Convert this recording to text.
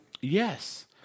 Yes